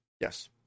Yes